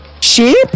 Sheep